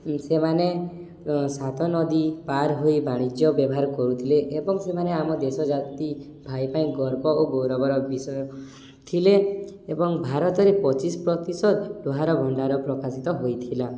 ସେମାନେ ସାତ ନଦୀ ପାର ହୋଇ ବାଣିଜ୍ୟ ବ୍ୟବହାର କରୁଥିଲେ ଏବଂ ସେମାନେ ଆମ ଦେଶ ଜାତି ଭାଇ ପାଇଁ ଗର୍ବ ଓ ଗୌରବର ବିଷୟ ଥିଲେ ଏବଂ ଭାରତରେ ପଚିଶ ପ୍ରତିଶତ ଲୁହାର ଭଣ୍ଡାର ପ୍ରକାଶିତ ହୋଇଥିଲା